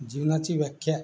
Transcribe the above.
जीवनाची व्याख्या